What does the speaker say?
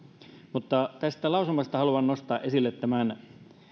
mutta tästä lausumasta haluan nostaa esille tämän